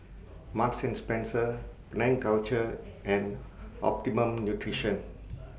Marks and Spencer Penang Culture and Optimum Nutrition